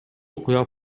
окуя